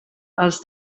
els